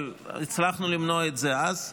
אבל הצלחנו למנוע את זה אז,